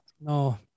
no